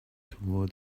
toward